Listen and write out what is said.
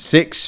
Six